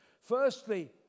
Firstly